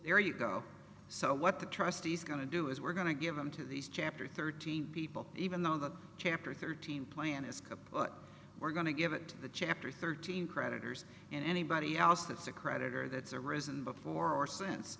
there you go so what the trustees going to do is we're going to give them to these chapter thirteen people even though the chapter thirteen plan is caput we're going to give it to the chapter thirteen creditors and anybody else that's a creditor that's arisen before or since